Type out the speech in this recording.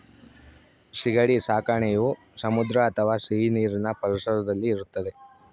ಸೀಗಡಿ ಸಾಕಣೆಯು ಸಮುದ್ರ ಅಥವಾ ಸಿಹಿನೀರಿನ ಪರಿಸರದಲ್ಲಿ ಇರುತ್ತದೆ